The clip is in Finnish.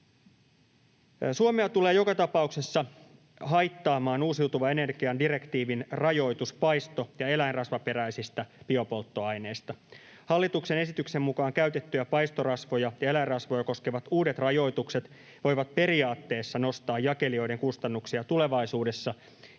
Suomea tulee joka tapauksessa haittaamaan uusiutuvan energian direktiivin rajoitus paisto- ja eläinrasvaperäisistä biopolttoaineista. Hallituksen esityksen mukaan käytettyjä paistorasvoja ja eläinrasvoja koskevat uudet rajoitukset voivat periaatteessa nostaa jakelijoiden kustannuksia tulevaisuudessa,